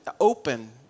open